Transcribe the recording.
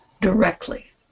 directly